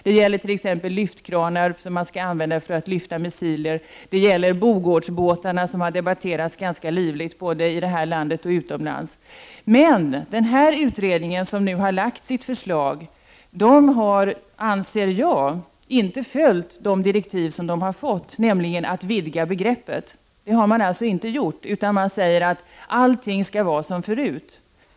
Det gäller t.ex. lyftkranar som man skall använda till att lyfta missi ler. Det gäller Boghammarbåtarna, som har debatterats ganska livligt både i detta land och utomlands. Men den här utredningen som nu har lagt sitt förslag har inte följt direktiven, anser jag, nämligen att vidga begreppet. Det har den alltså inte gjort. Den säger att allt skall vara som förut.